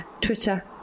Twitter